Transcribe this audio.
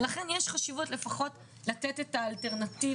לכן יש חשיבות לפחות לתת את האלטרנטיבה,